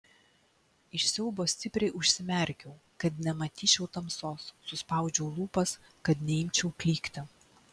iš siaubo stipriai užsimerkiau kad nematyčiau tamsos suspaudžiau lūpas kad neimčiau klykti